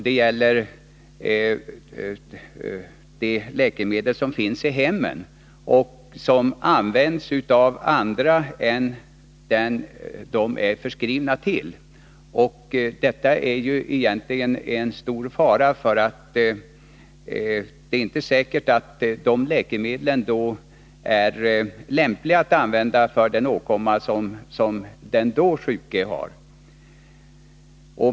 Det gäller de läkemedel som finns i hemmen, och som används av andra än de är utskrivna till. Detta är egentligen en stor fara. Det är inte säkert att de läkemedlen är lämpliga att använda mot åkommor dessa andra sjuka har.